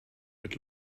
mit